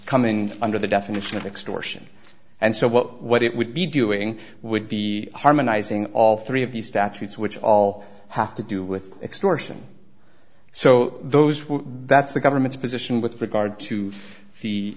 coming under the definition of extortion and so what what it would be doing would be harmonizing all three of the statutes which all have to do with extortion so those were that's the government's position with regard to the